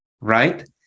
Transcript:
Right